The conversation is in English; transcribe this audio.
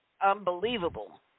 unbelievable